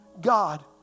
God